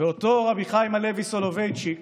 ואותו רבי חיים הלוי סולובייצ'יק